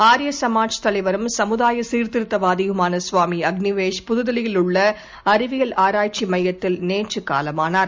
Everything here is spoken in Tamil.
ஆர்யசமாஜ் தலைவரும் சமுதாயசீர்திருத்தவாதியுமான ஸ்வாமிஅக்னிவேஷ் புதுதில்லியில் உள்ளஅறிவியல் ஆராய்ச்சிமையத்திலங நேற்றுகாலமானார்